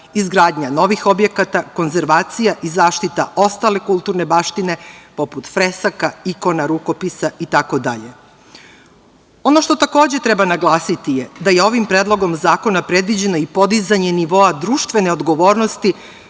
izgradnja novih objekata, konzervacija i zaštita ostale kulturne baštine poput fresaka, ikona, rukopisa, itd. Ono što takođe treba naglasiti je da je ovim Predlogom zakona predviđeno i podizanje nivoa društvene odgovornosti